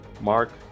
Mark